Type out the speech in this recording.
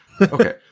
Okay